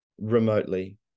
remotely